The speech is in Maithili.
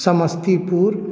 समस्तीपुर